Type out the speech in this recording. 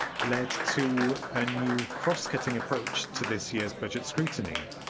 led to a new cross-cutting approach to this year's budget scrutiny.